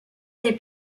des